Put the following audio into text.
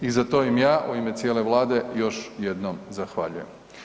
I za to im ja, u ime cijele Vlade, još jednom zahvaljujem.